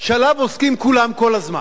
שבו עוסקים כולם כל הזמן,